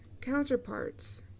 counterparts